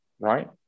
right